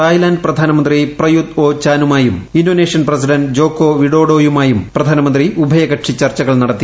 Thailand പ്രധാനമന്ത്രി Prayut ഒ ചാനുമായും ഇന്തോനേഷ്യൻ പ്രസിഡന്റ് ജോക്കോ വിഡോഡോയുമായും പ്രധാനമന്ത്രി ഉഭയകക്ഷി ചർച്ചകൾ നടത്തി